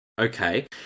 Okay